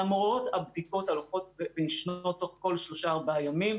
למרות הבדיקות החוזרות ונשנות כל שלושה-ארבעה ימים,